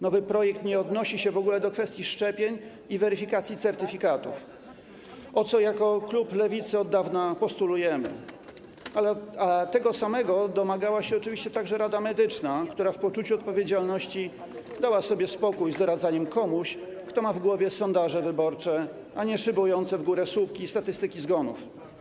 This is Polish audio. Nowy projekt nie odnosi się w ogóle do kwestii szczepień i weryfikacji certyfikatów, o co jako klub Lewicy od dawna postulujemy, ale tego samego domagała się oczywiście także Rada Medyczna, która w poczuciu odpowiedzialności dała sobie spokój z doradzaniem komuś, kto ma w głowie sondaże wyborcze, a nie szybujące w górę słupki statystyki zgonów.